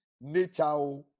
nature